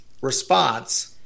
response